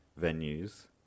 venues